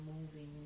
moving